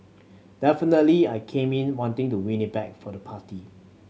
definitely I came in wanting to win it back for the party